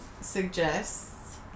suggests